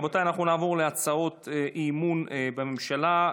רבותיי, אנחנו נעבור להצעות אי-אמון בממשלה.